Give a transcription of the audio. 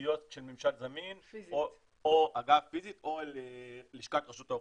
של ממשל זמין פיזית, או לשכת רשות האוכלוסין.